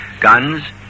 guns